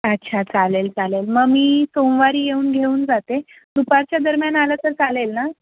अच्छा चालेल चालेल मग मी सोमवारी येऊन घेऊन जाते दुपारच्या दरम्यान आलं तर चालेल ना